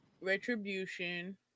retribution